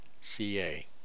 CA